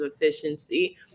efficiency